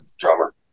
drummer